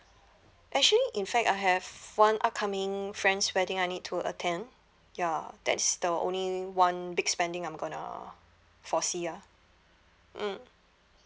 actually in fact I have one upcoming friend's wedding I need to attend ya that's the only one big spending I'm going to foresee ah mm